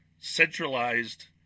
Centralized